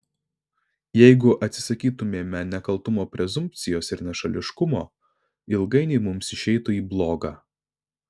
jeigu atsisakytumėme nekaltumo prezumpcijos ir nešališkumo ilgainiui mums išeitų į bloga